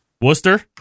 Worcester